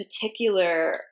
particular